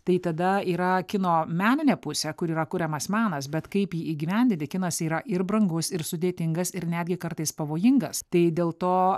tai tada yra kino meninė pusė kur yra kuriamas menas bet kaip jį įgyvendinti kinas yra ir brangus ir sudėtingas ir netgi kartais pavojingas tai dėl to